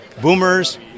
Boomers